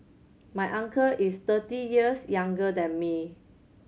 my uncle is thirty years younger than me